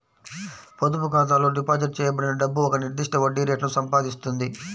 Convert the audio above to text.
పొదుపు ఖాతాలో డిపాజిట్ చేయబడిన డబ్బు ఒక నిర్దిష్ట వడ్డీ రేటును సంపాదిస్తుంది